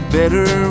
better